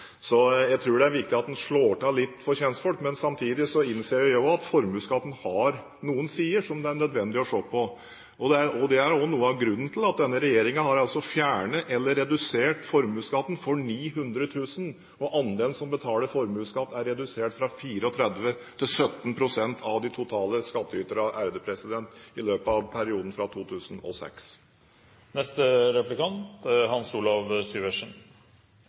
Jeg tror det er viktig at man slår av litt for kjentfolk, men samtidig innser jeg at formuesskatten har noen sider som det er nødvendig å se på. Det er også noe av grunnen til at denne regjeringen har fjernet eller redusert formuesskatten for 900 000. Andelen som betaler formuesskatt, er redusert fra 34 pst. til 17 pst. av det totale antallet skattytere i løpet av perioden fra 2006.